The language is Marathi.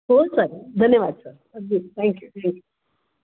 हो चालेल धन्यवाद सर थँक्यू थँक्यू थँक्यू